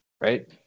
Right